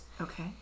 Okay